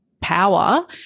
power